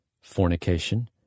fornication